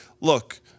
Look